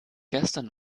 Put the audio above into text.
gestern